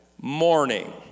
morning